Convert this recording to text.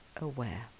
aware